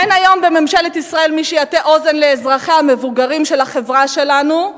אין היום בממשלת ישראל מי שיטה אוזן לאזרחיה המבוגרים של החברה שלנו,